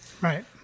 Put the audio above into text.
Right